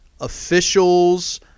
Officials